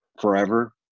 forever